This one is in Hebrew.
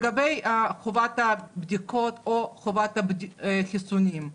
לגבי חובת הבדיקות או חובת החיסונים.